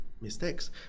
mistakes